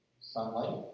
Sunlight